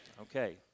Okay